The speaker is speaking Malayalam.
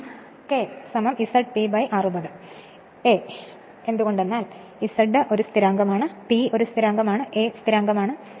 അതിനാൽ k ZP 60 A കാരണം Z ഒരു സ്ഥിരാങ്കമാണ് P ഒരു സ്ഥിരാങ്കമാണ് A ഒരു സ്ഥിരാങ്കമാണ്